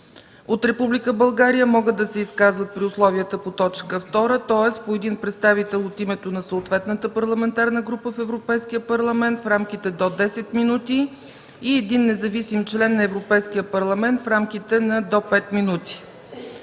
България могат да се изказват при условията по т. 2, тоест по един представител от името на съответната парламентарна група в Европейския парламент – в рамките до десет минути, и един независим член на Европейския парламент – в рамките до пет минути.